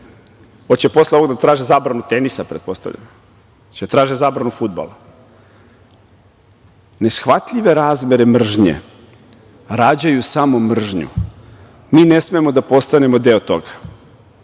Hoće posle ovog da traže zabranu tenisa, pretpostavljam? Hoće da traže zabranu fudbala? Neshvatljive razmere mržnje rađaju samo mržnju. Mi ne smemo da postanemo deo toga?